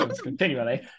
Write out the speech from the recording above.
continually